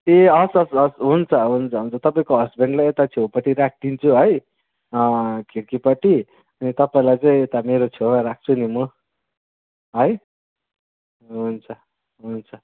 ए हस हस् हस् हुन्छ हुन्छ हुन्छ तपाईँको हस्बेन्डलाई यता छेउपट्टि राख्दिन्छु है खिड्कीपट्टि अनि तपाईँलाई चाहिँ यता मेरो छेउमा राख्छु नि है हुन्छ हुन्छ